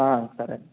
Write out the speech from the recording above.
సరే